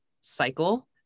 cycle